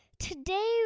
today